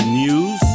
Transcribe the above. news